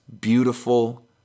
beautiful